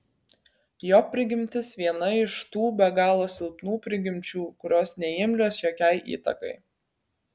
jo prigimtis viena iš tų be galo silpnų prigimčių kurios neimlios jokiai įtakai